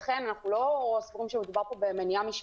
לכן אנחנו לא סבורים שמדובר פה במניעה משפטית,